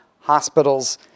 hospitals